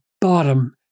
bottom